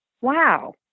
wow